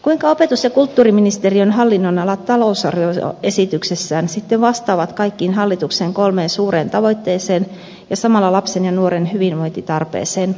kuinka opetus ja kulttuuriministeriön hallinnonala talousarvioesityksessään sitten vastaa kaikkiin hallituksen kolmeen suureen tavoitteeseen ja samalla lapsen ja nuoren hyvinvointitarpeeseen